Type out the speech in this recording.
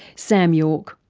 sam yorke.